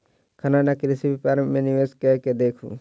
खनन आ कृषि व्यापार मे निवेश कय के देखू